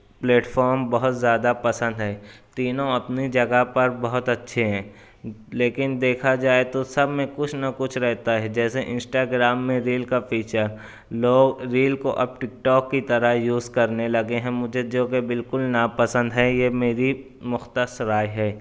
platform بہت زیادہ پسند ہے تینوں اپنی جگہ پر بہت اچھے ہیں لیکن دیکھا جائے تو سب میں کچھ نہ کچھ رہتا ہے جیسے انسٹاگرام میں ریل کا فیچر لوگ ریل کو اب ٹک ٹاک کی طرح یوز کرنے لگے ہیں مجھے جو کہ بالکل ناپسند ہے یہ میری مختصر رائے ہے